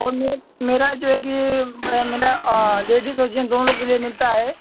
और मैं मेरा जो कि मेरा लेडीज़ और जैंट्स दोनों के लिये मिलता है